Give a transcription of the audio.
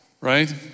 Right